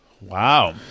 Wow